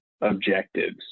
objectives